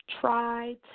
Try